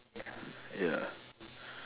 ya